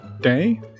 day